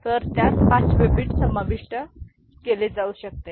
तर त्यात पाचवे बिट समाविष्ट केले जाऊ शकते